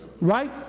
Right